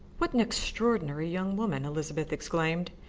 what an extraordinary young woman! elizabeth exclaimed.